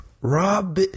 Rob